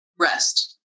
rest